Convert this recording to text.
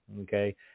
okay